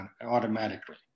automatically